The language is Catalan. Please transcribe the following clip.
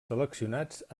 seleccionats